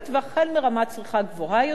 והחל מרמת צריכה גבוהה יותר,